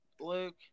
Luke